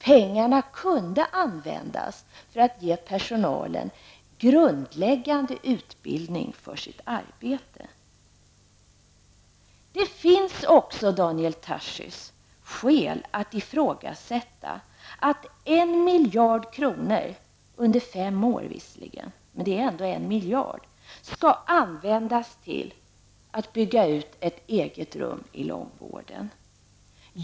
Pengarna kunde användas för att ge personalen grundläggande utbildning för sitt arbete. Det finns också, Daniel Tarschys, skäl att ifrågasätta att 1 miljard kronor -- under fem år visserligen, men det är ändå 1 miljard -- skall användas till att bygga ut till eget rum i långvården.